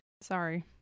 Sorry